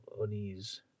unease